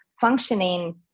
functioning